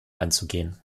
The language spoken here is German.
anzugehen